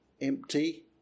empty